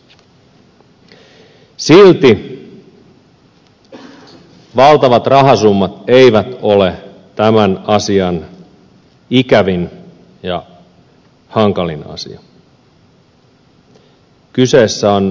silti valtavat rahasummat eivät ole tämän asian ikävin ja hankalin asia kyseessä on moraalinen ratkaisu